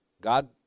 God